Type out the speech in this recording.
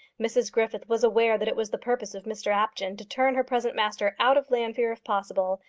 mrs griffith was aware that it was the purpose of mr apjohn to turn her present master out of llanfeare if possible,